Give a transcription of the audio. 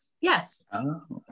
Yes